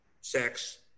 sex